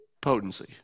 potency